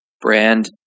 brand